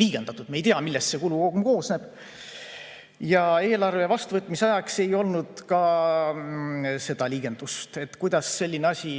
liigendatud, me ei tea, millest see kulu kogum koosneb. Eelarve vastuvõtmise ajaks ei olnud ka seda liigendust. Kuidas selline asi